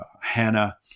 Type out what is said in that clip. Hannah